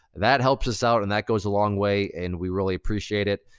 that helps us out and that goes a long way and we really appreciate it.